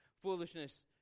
Foolishness